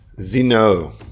zeno